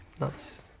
Nice